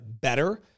better